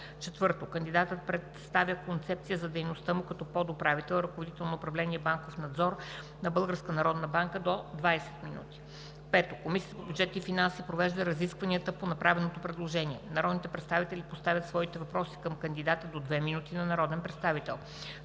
4. Кандидатът представя концепция за дейността му като подуправител – ръководител на управление „Банков надзор“ на Българската народна банка – до 20 минути. 5. Комисията по бюджет и финанси провежда разисквания по направеното предложение. Народните представители поставят своите въпроси към кандидата – до две минути на народен представител.